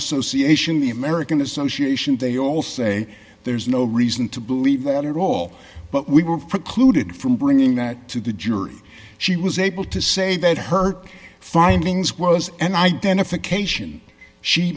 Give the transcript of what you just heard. association the american association they all say there's no reason to believe that at all but we were precluded from bringing that to the jury she was able to say that herc findings was an identification she